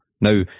Now